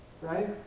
right